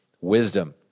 wisdom